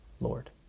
Lord